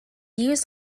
used